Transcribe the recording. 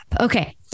Okay